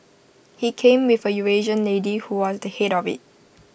he came with A Eurasian lady who was the Head of IT